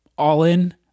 all-in